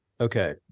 Okay